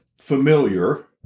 familiar